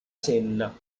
senna